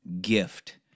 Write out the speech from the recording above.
gift